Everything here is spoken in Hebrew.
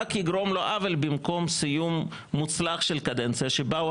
רק יגרום לו עוול במקום סיום מוצלח של קדנציה שבה הוא